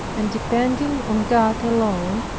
and depending on god alone,